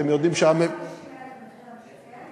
אתם יודעים שהיה, כל ה-50,000 במחיר למשתכן?